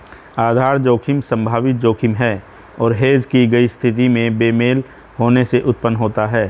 आधार जोखिम संभावित जोखिम है जो हेज की गई स्थिति में बेमेल होने से उत्पन्न होता है